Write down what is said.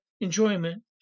enjoyment